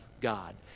God